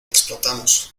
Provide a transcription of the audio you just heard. explotamos